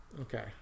Okay